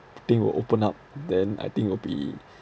the thing will open up then I think will be